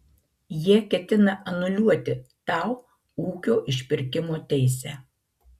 jie ketina anuliuoti tau ūkio išpirkimo teisę